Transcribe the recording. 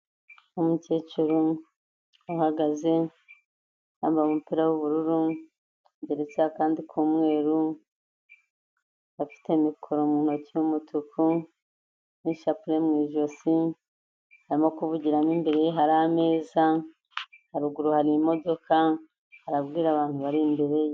Umukecuru uhagaze yambaye umupira w'ubururu yageretseho akandi k'umweru, afite mikoro mu ntoki y'umutuku n'ishapule mu ijosi, arimo kuvugira mo imbere, hari ameza, haruguru ari imodoka, aramo arabwira abantu bari imbere ye.